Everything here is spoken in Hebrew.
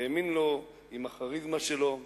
האמין לו עם הכריזמה שלו,